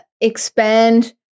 expand